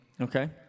okay